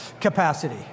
capacity